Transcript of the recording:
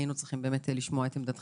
היינו צריכים לשמוע את עמדתכם,